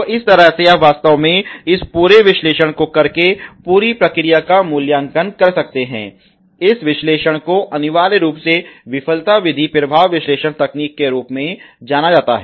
तो इस तरह से आप वास्तव में इस पूरे विश्लेषण को करके पूरी प्रक्रिया का मूल्यांकन कर सकते हैं इस विश्लेषण को अनिवार्य रूप से विफलता विधि प्रभाव विश्लेषण तकनीक के रूप में जाना जाता है